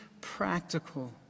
practical